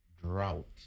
drought